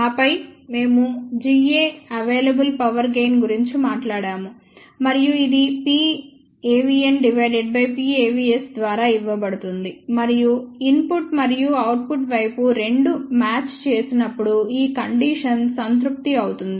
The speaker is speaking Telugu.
ఆపై మేము Ga అవైలబుల్ పవర్ గెయిన్ గురించి మాట్లాడాము మరియు ఇది Pavn Pavs ద్వారా ఇవ్వబడుతుంది మరియు ఇన్పుట్ మరియు అవుట్పుట్ వైపు రెండు మ్యాచ్ చేసినప్పుడు ఈ కండీషన్ సంతృప్తి అవుతుంది